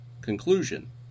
conclusion